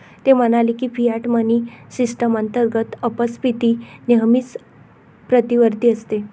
ते म्हणाले की, फियाट मनी सिस्टम अंतर्गत अपस्फीती नेहमीच प्रतिवर्ती असते